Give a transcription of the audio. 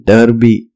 Derby